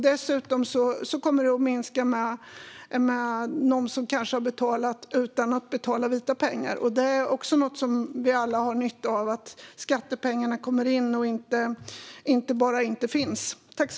Det kommer även att minska antalet som anställer utan att betala vita pengar, och det är något vi alla har nytta av - att skattepengarna kommer in i stället för att bara inte finnas.